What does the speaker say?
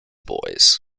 boys